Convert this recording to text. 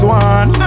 one